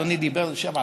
אדוני דיבר שבע דקות.